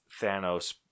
Thanos